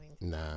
nah